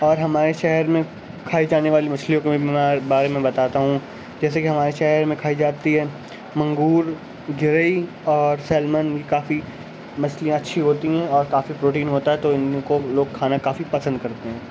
اور ہمارے شہر میں کھائی جانی والی مچھلیوں کے بارے میں بتاتا ہوں جیسے کہ ہمارے شہر میں کھائی جاتی ہے منگور گرئی اور سلمن بھی کافی مچھلیاں اچھی ہوتی ہیں اور کافی پروٹین ہوتا ہے تو ان کو لوگ کھانا کافی پسند کرتے ہیں